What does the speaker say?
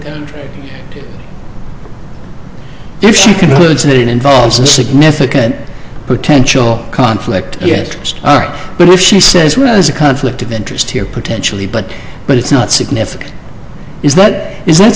and if she can listen it involves a significant potential conflict yes but if she says well is a conflict of interest here potentially but but it's not significant is that is that